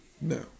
no